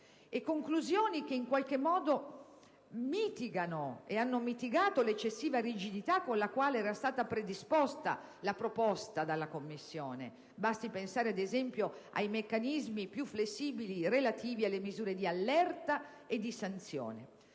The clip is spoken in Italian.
conclusioni mitigano e hanno mitigato l'eccessiva rigidità con la quale era stata predisposta la proposta dalla Commissione: basti pensare, ad esempio, ai meccanismi più flessibili relativi alle misure di "allerta" e di "sanzione".